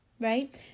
Right